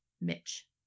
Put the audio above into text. Mitch